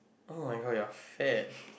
oh-my-god you are fat